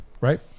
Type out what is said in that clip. right